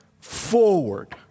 forward